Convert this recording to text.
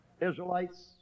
Israelites